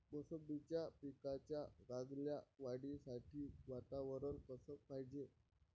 मोसंबीच्या पिकाच्या चांगल्या वाढीसाठी वातावरन कस पायजे?